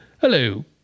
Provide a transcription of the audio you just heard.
Hello